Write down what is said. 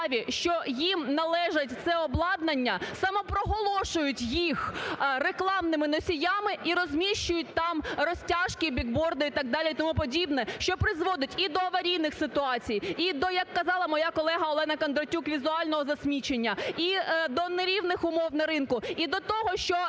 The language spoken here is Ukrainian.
що їм належить це обладнання, самопроголошують їх рекламними носіями і розміщують там розтяжки, біг-борди і так далі і тому подібне. Що призводить і до аварійних ситуацій, і до, як казала моя колега Олена Кондратюк, візуального засмічення, і до нерівних умов на ринку, і до того, що